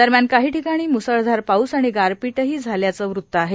दरम्यान काही ठिकाणी मुसळधार पाऊस आणि गारपिठही झाल्याचं वृत आहे